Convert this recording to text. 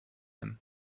him